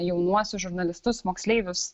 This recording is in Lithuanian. jaunuosius žurnalistus moksleivius